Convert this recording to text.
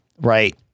right